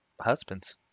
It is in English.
husbands